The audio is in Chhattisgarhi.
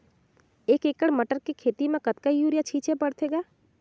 एक एकड़ मटर के खेती म कतका युरिया छीचे पढ़थे ग?